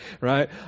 Right